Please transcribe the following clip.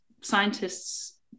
scientists